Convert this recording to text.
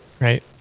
right